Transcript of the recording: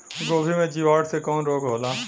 गोभी में जीवाणु से कवन रोग होला?